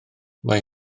mae